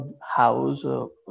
house